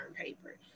paper